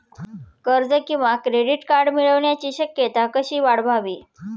कर्ज किंवा credit card मिळण्याची शक्यता कशी वाढवावी?